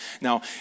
Now